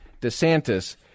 DeSantis